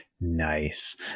Nice